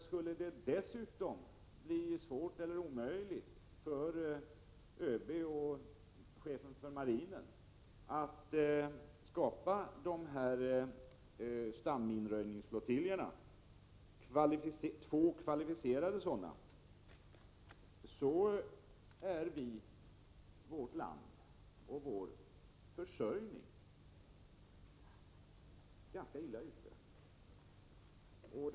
Skulle det dessutom bli svårt eller omöjligt för ÖB och chefen för marinen att skapa dessa stamminröjningsflottiljer — två kvalificerade sådana — är vårt land och vår försörjning ganska illa ute.